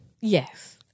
Yes